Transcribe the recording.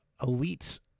elites